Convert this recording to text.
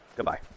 goodbye